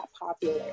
popular